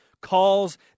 calls